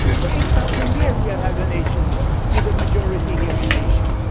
for eight thousand years we have had an asian world with a majority here in asia.